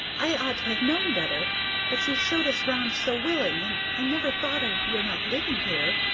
i ought to have known better but you showed us round so willing, and i never thought of your not living here.